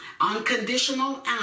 Unconditional